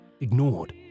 ignored